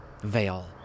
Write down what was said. veil